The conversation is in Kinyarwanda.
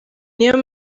niyo